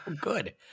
good